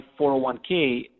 401k